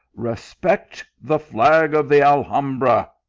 respect the flag of the al hambra,